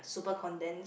super condensed